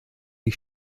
les